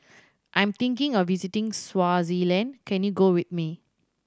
I am thinking of visiting Swaziland can you go with me